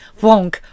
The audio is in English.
wonk